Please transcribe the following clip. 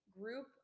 group